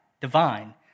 divine